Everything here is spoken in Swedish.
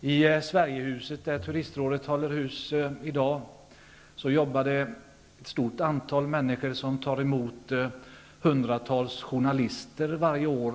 I Sverigehuset, där Turistrådet håller hus i dag, jobbar ett stort antal människor. De tar emot hundratals journalister varje år.